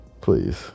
please